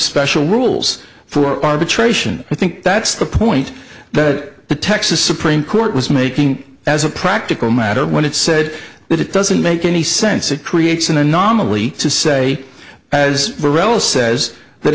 special rules for arbitration i think that's the point that the texas supreme court was making as a practical matter when it said that it doesn't make any sense it creates an anomaly to say as burrell says that